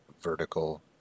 vertical